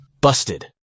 Busted